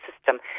system